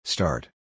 Start